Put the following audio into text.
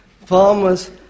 Farmers